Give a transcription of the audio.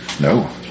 No